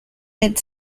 mid